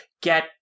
get